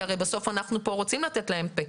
כי הרי בסוף אנחנו כאן רוצים לתת להם פה.